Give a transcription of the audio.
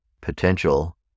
potential